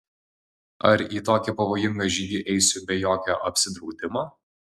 ar į tokį pavojingą žygį eisiu be jokio apsidraudimo